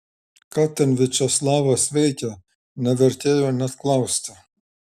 ką ten viačeslavas veikė nevertėjo net klausti